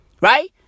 Right